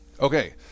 Okay